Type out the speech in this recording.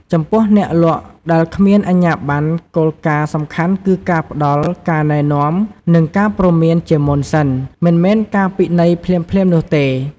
ចំពោះ អ្នកលក់ដែលគ្មានអាជ្ញាប័ណ្ណ គោលការណ៍សំខាន់គឺការផ្តល់ ការណែនាំ និងការព្រមាន ជាមុនសិន មិនមែនការពិន័យភ្លាមៗនោះទេ។